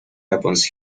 happens